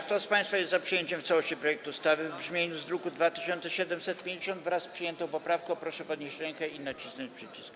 Kto z państwa jest za przyjęciem w całości projektu ustawy w brzmieniu z druku nr 2750, wraz z przyjętą poprawką, proszę podnieść rękę i nacisnąć przycisk.